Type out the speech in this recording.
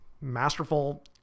masterful